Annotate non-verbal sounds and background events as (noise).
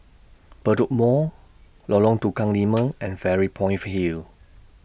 Bedok Mall Lorong Tukang Lima (noise) and Fairy Point Hill